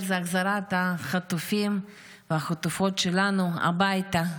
זה החזרת החטופים והחטופות שלנו הביתה.